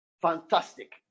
Fantastic